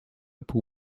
pół